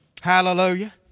Hallelujah